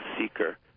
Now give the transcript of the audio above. seeker